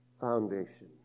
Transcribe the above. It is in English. foundation